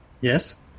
Yes